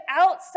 outside